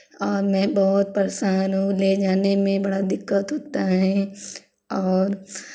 और मैं बहुत परेशान हूँ ले जाने में बड़ा दिक्कत होता है और